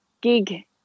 gig